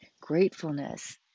gratefulness